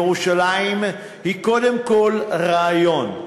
ירושלים היא קודם כול רעיון.